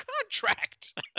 contract